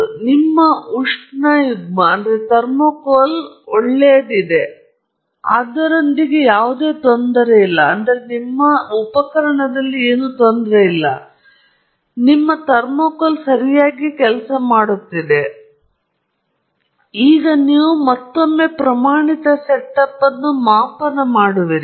ಆದ್ದರಿಂದ ನಿಮ್ಮ ಉಷ್ಣಯುಗ್ಮವು ಒಳ್ಳೆಯದು ಮತ್ತು ಅದರೊಂದಿಗೆ ಯಾವುದೇ ತೊಂದರೆ ಇಲ್ಲ ಇತ್ಯಾದಿ ಮತ್ತು ನಿಮ್ಮ ಥರ್ಮೋಕೂಲ್ ಸರಿಯಾದ ಕೆಲಸ ಮಾಡುತ್ತಿದ್ದರೆ ನೀವು ಮತ್ತೊಮ್ಮೆ ಕೆಲವು ಪ್ರಮಾಣಿತ ಸೆಟಪ್ ಅನ್ನು ಮಾಪನ ಮಾಡುವಿರಿ